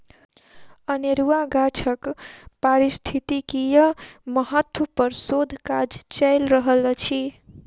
अनेरुआ गाछक पारिस्थितिकीय महत्व पर शोध काज चैल रहल अछि